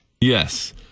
Yes